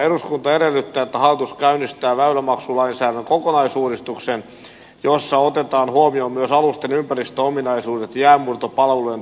eduskunta edellyttää että hallitus käynnistää väylämaksulainsäädännön kokonaisuudistuksen jossa otetaan huomioon myös alusten ympäristöominaisuudet ja jäänmurtopalvelujen tosiasiallinen käyttö